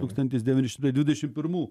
tūkstantis devyni šimtai dvidešim pirmų